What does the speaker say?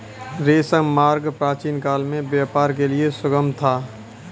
रेशम मार्ग प्राचीनकाल में व्यापार के लिए सुगम था